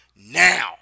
now